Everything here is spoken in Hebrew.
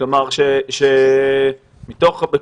כלומר, 2,100 עצים בשנה.